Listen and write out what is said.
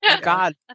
God